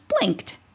blinked